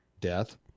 Death